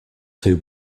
too